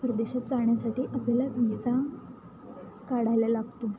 परदेशात जाण्यासाठी आपल्याला विसा काढायला लागतो